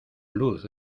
luz